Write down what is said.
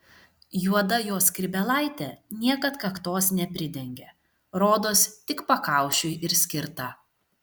juoda jo skrybėlaitė niekad kaktos nepridengia rodos tik pakaušiui ir skirta